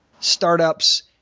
startups